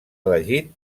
elegit